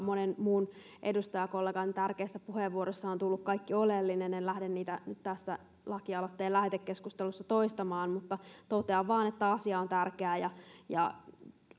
monen muun edustajakollegan tärkeissä puheenvuoroissa on tullut kaikki oleellinen en lähde niitä nyt tässä lakialoitteen lähetekeskustelussa toistamaan totean vain että asia on tärkeä ja